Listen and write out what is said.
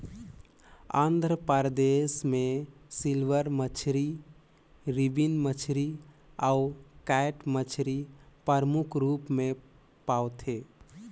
आंध्र परदेस में सिल्वर मछरी, रिबन मछरी अउ कैट मछरी परमुख रूप में पवाथे